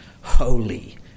holy